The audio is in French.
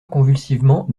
convulsivement